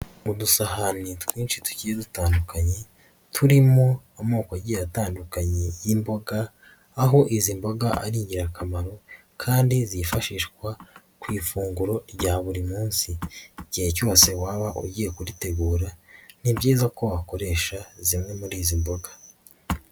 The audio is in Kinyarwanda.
Udusahane twinshi tugiye dutandukanye, turimo amoko agiye atandukanye y'imboga, aho izi mboga ari ingirakamaro kandi zifashishwa ku ifunguro rya buri munsi. Igihe cyose waba ugiye kuritegura ni byiza ko wakoresha zimwe muri izi mboga.